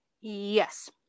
Yes